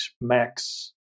Max